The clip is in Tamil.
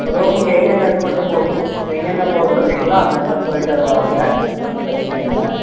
ரூமுக்கு எங்கெங்கே கூட்டு போக எங்கெங்கே போக சொல்கிறீங்ளோ அங்கங்கே போயிட்டு வருவாங்க ஒன்றும் பிரச்சின இல்லை